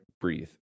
breathe